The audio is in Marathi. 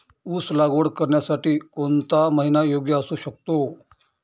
ऊस लागवड करण्यासाठी कोणता महिना योग्य असू शकतो?